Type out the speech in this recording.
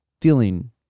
feeling